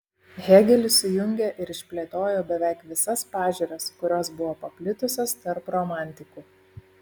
hėgelis sujungė ir išplėtojo beveik visas pažiūras kurios buvo paplitusios tarp romantikų